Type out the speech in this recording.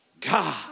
God